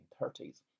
1930s